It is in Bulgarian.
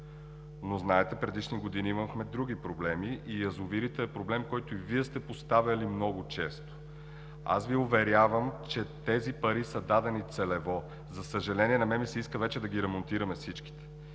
Но, знаете, предишни години имахме други проблеми и язовирите са проблем, който и Вие сте поставяли много често. Аз Ви уверявам, че тези пари са дадени целево. За съжаление, на мен ми се иска вече да ги ремонтираме всичките.